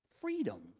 Freedom